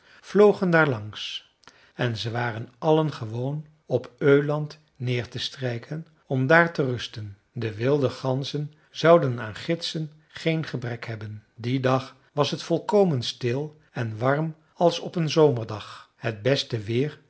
vlogen daar langs en ze waren allen gewoon op öland neer te strijken om daar te rusten de wilde ganzen zouden aan gidsen geen gebrek hebben dien dag was het volkomen stil en warm als op een zomerdag het beste weer